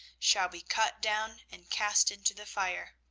shall be cut down, and cast into the fire